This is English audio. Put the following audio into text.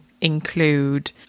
include